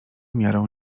miarą